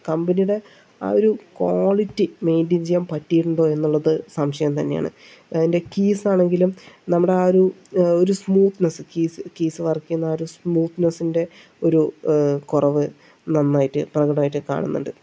കമ്പനിയുടെ ആ ഒരു കോളിറ്റി മെയിന്റയിൻ ചെയ്യാൻ പറ്റിയിട്ടുണ്ടോ എന്നുള്ളത് സംശയം തന്നെയാണ് അതിന്റെ കീസ് ആണെങ്കിലും നമ്മുടെ ആ ഒരു ഒരു സ്മൂത്നെസ് കീസ് കീസ് വർക്ക് ചെയ്യുന്ന ആ ഒരു സ്മൂത്നെസ്സിന്റെ ഒരു കുറവ് നന്നായിട്ട് പ്രകടമായിട്ട് കാണുന്നുണ്ട്